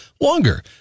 longer